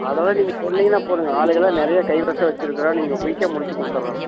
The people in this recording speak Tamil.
அதெல்லாம் நீங்கள் சொன்னீங்கன்னா போதுங்க ஆளுங்கலாம் நிறைய கை வசம் வச்சுருக்குறோம் நீங்கள் குவிக்காக முடித்து கொடுத்தர்றோம்